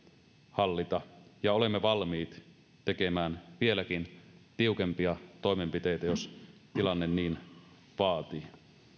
hallita ja olemme valmiit tekemään vieläkin tiukempia toimenpiteitä jos tilanne niin vaatii